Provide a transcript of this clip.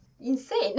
insane